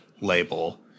label